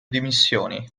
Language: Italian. dimissioni